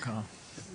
לנו